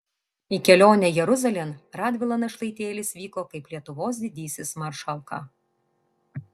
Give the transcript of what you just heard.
į kelionę jeruzalėn radvila našlaitėlis vyko kaip lietuvos didysis maršalka